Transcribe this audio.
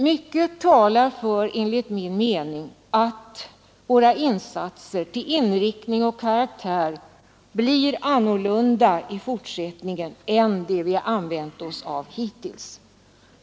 Mycket talar enligt min mening för att våra insatser till inriktning och karaktär blir annorlunda i fortsättningen än dem vi har använt oss av hittills.